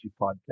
podcast